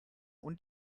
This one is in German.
und